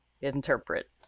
interpret